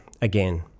again